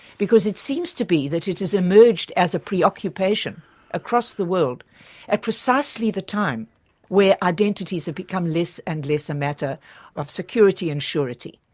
because it seems to be that it has emerged as a preoccupation across the world at precisely the time where identities have become less and less matter of security and surety,